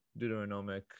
deuteronomic